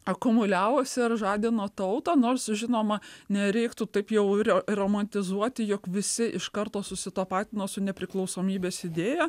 akumuliavosi ar žadino tautą nors žinoma nereiktų taip jau rio romantizuoti jog visi iš karto susitapatino su nepriklausomybės idėja